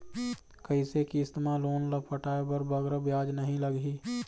कइसे किस्त मा लोन ला पटाए बर बगरा ब्याज नहीं लगही?